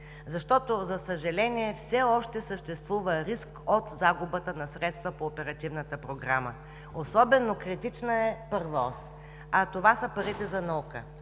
Защото, за съжаление, все още съществува риск от загубата на средства по оперативната програма. Особено критична е първа ос, а това са парите за наука.